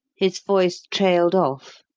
his voice trailed off.